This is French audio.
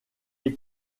est